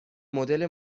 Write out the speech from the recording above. مدل